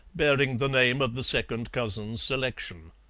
bearing the name of the second cousin's selection.